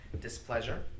Displeasure